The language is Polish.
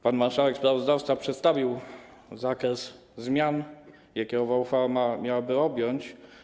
Pan marszałek sprawozdawca przedstawił zakres zmian, jakie owa uchwała miałaby objąć.